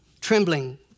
trembling